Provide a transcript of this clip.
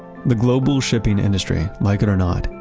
the global shipping industry, like it or not,